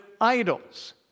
idols